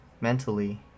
mentally